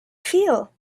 feel